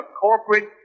corporate